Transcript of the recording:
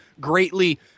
greatly